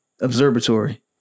Observatory